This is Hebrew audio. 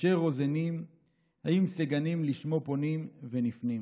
אשר רוזנים / עם סגנים / לשמו פונים ונפנים."